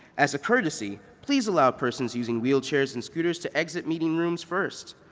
as a courtesy, please allow persons using wheelchairs and scooters to exit meeting rooms first.